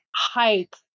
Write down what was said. height